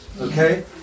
Okay